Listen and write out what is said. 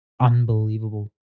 unbelievable